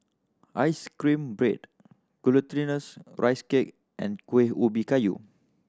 ice cream bread Glutinous Rice Cake and Kuih Ubi Kayu